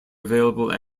available